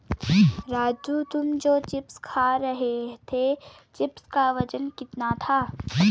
राजू तुम जो चिप्स खा रहे थे चिप्स का वजन कितना था?